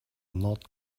not